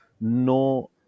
No